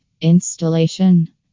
Installation